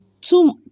two